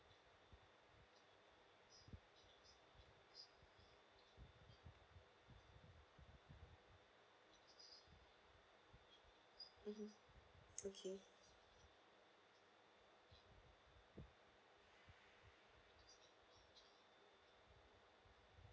mm okay